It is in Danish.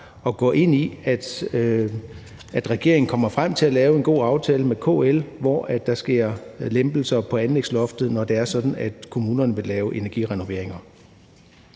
at gå ind i, at regeringen kommer frem til at lave en god aftale med KL, hvor der sker lempelser på anlægsloftet, når det er sådan, at kommunerne vil lave energirenoveringer.